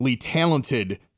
talented